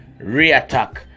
reattack